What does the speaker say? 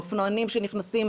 אופנוענים שנכנסים